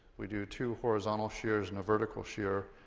we do two horizontal shears and a vertical shear,